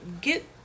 get